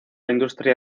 industria